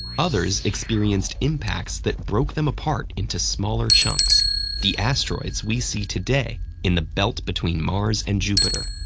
others experienced impacts that broke them apart into smaller chunks the asteroids we see today in the belt between mars and jupiter.